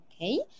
okay